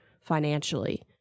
financially